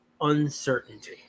uncertainty